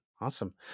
Awesome